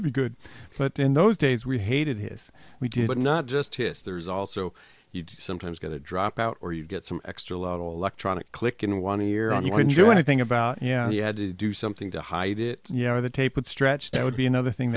to be good but in those days we hated his we did it not just his there's also you sometimes going to drop out or you get some extra little electronic click in one ear and you can do anything about yeah he had to do something to hide it you know the tape would stretch that would be another thing